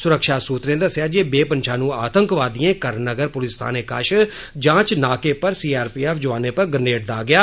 सुरक्षा सुत्रे दस्सेआ जे बेपंछानू आतंकवादिएं करन नगर पुलिस थाने कश जांच नाके पर सीआरपीएफ जवानें पर ग्रेनेड दागेया